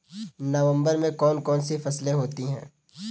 नवंबर में कौन कौन सी फसलें होती हैं?